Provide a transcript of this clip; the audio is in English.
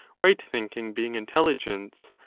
right thinking being intelligence,